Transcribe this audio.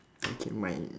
okay mine